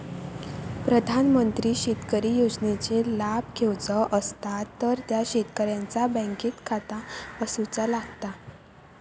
प्रधानमंत्री शेतकरी योजनेचे लाभ घेवचो असतात तर त्या शेतकऱ्याचा बँकेत खाता असूचा लागता